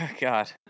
God